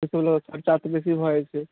एहि सब लऽ कऽ खर्चा तऽ बेसी भऽ जाइत छै